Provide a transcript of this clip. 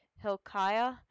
Hilkiah